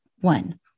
one